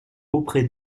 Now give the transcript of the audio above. auprès